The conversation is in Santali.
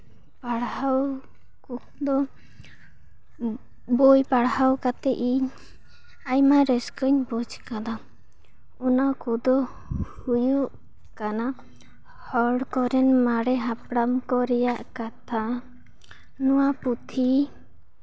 ᱯᱟᱲᱦᱟᱣ ᱠᱚᱫᱚ ᱵᱳᱭ ᱯᱟᱲᱦᱟᱣ ᱠᱟᱛᱮᱫ ᱤᱧ ᱟᱭᱢᱟ ᱨᱟᱹᱥᱠᱟᱹᱧ ᱵᱩᱡᱽ ᱟᱠᱟᱫᱟ ᱚᱱᱟ ᱠᱚᱫᱚ ᱦᱩᱭᱩᱜ ᱠᱟᱱᱟ ᱦᱚᱲ ᱠᱚᱨᱮᱱ ᱢᱟᱨᱮ ᱦᱟᱯᱲᱟᱢ ᱠᱚ ᱨᱮᱭᱟᱜ ᱠᱟᱛᱷᱟ ᱱᱚᱶᱟ ᱯᱩᱛᱷᱤ